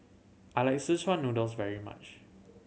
I like szechuan noodles very much